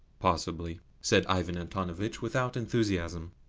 possibly, said ivan antonovitch without enthusiasm.